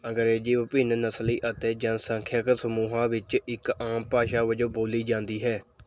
ਅੰਗਰੇਜ਼ੀ ਵਿਭਿੰਨ ਨਸਲੀ ਅਤੇ ਜਨਸੰਖਿਅਕ ਸਮੂਹਾਂ ਵਿੱਚ ਇੱਕ ਆਮ ਭਾਸ਼ਾ ਵਜੋਂ ਬੋਲੀ ਜਾਂਦੀ ਹੈ